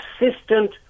assistant